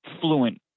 fluent